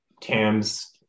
Tam's